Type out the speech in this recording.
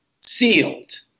sealed